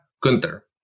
Gunther